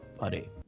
buddy